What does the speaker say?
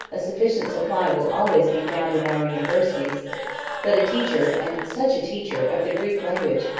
a sufficient supply will always be found in our universities but a teacher, and such a teacher, of the greek language,